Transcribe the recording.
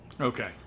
Okay